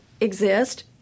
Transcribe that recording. exist